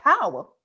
power